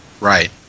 Right